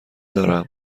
دارم